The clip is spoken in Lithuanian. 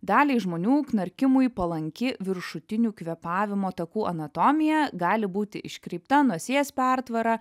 daliai žmonių knarkimui palanki viršutinių kvėpavimo takų anatomija gali būti iškreipta nosies pertvara